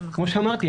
כמו שאמרתי,